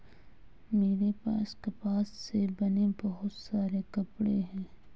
मेरे पास कपास से बने बहुत सारे कपड़े हैं